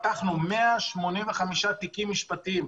פתחנו 185 תיקים משפטיים,